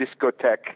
Discotheque